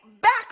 back